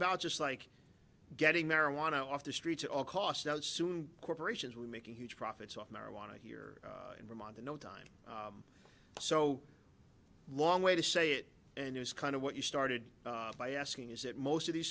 about just like getting marijuana off the streets at all cost out soon corporations were making huge profits off marijuana here in vermont in no time so long way to say it and there's kind of what you started by asking is that most of these